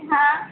हाँ